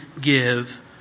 give